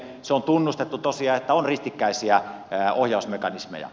se on tunnustettu tosiaan että on ristikkäisiä ohjausmekanismeja